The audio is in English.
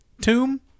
tomb